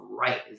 right